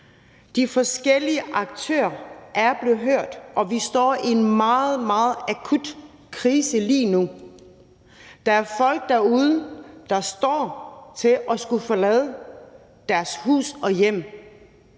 de forskellige aktører er blevet hørt, og vi står i en meget, meget akut krise lige nu. Der er folk derude, der står til at forlade deres hus og hjem.